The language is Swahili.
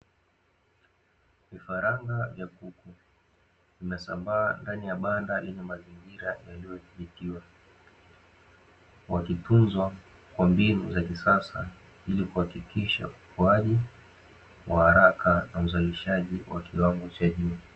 Vifaranga vya kuku vimesambaa ndani ya banda lenye mazingira yaliyodhibitiwa, wakitunzwa katika mbinu za kisasa ili kuhakikisha ukuaji wa haraka, na uzalishaji wa kiwango cha juu.